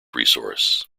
resource